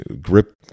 grip